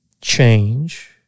change